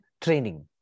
training